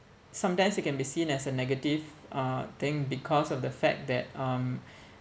sometimes it can be seen as a negative uh thing because of the fact that um